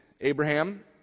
Abraham